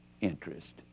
interest